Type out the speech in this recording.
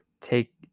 take